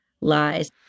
lies